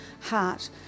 heart